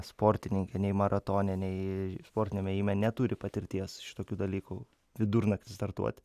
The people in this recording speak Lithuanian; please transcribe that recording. sportininkė nei maratone nei sportiniame ėjime neturi patirties šitokių dalykų vidurnaktį startuoti